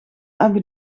abu